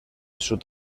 sud